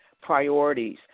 priorities